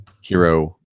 hero